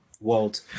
world